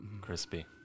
Crispy